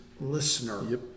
listener